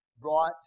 brought